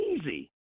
easy